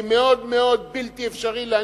שיעורי-בית.